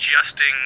adjusting